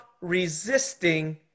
resisting